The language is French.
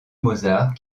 mozart